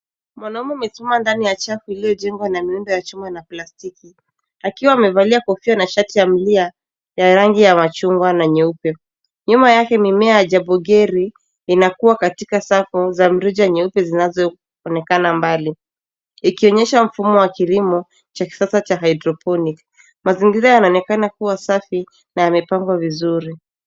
Mwanaume amesimama ndani ya chafu iliyojengwa na miundo ya chuma na plastiki akiwa amevalia kofia na shati ya milia ya rangi ya machungwa na nyeupe. Nyuma yake mimea ya Jabogeri inakua katika safu za mrija nyeupe zinazoonekana mbali ikionyesha mfumo wa kilimo cha kisasa cha hydroponic . Mazingira yanaonekana kuwa safi na yamepangwa vizuri.